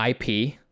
IP